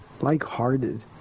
like-hearted